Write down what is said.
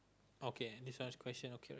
okay this one question okay already